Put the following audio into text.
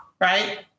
right